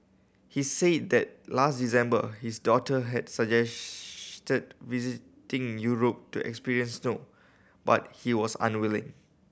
he said that last December his daughter had suggested visiting Europe to experience snow but he was unwilling